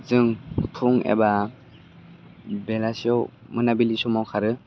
जों फुं एबा बेलासियाव मोनाबिलि समाव खारो